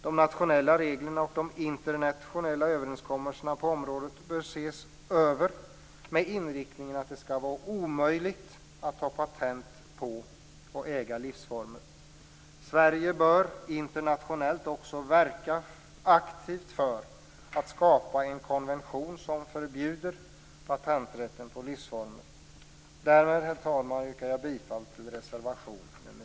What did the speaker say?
De nationella reglerna och de internationella överenskommelserna på området bör ses över med inriktningen att det skall vara omöjligt att ta patent på och äga livsformer. Sverige bör internationellt också verka aktivt för att skapa en konvention som förbjuder patenträtt på livsformer. Herr talman! Därmed yrkar jag bifall till reservation nr 3.